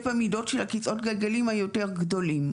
במידות של כיסאות הגלגלים היותר גדולים,